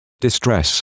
distress